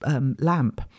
Lamp